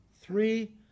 three